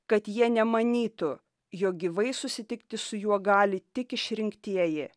kad jie nemanytų jog gyvai susitikti su juo gali tik išrinktieji